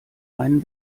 einen